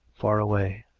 far away.